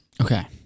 Okay